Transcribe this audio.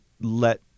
let